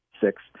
six